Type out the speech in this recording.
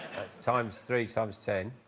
that's times three times ten